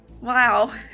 wow